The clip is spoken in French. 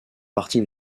partie